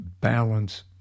balance